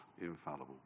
infallible